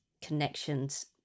connections